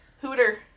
Hooter